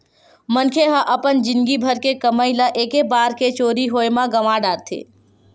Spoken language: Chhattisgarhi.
मनखे ह अपन जिनगी भर के कमई ल एके बार के चोरी होए म गवा डारथे